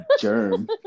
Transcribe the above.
germ